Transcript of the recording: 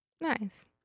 Nice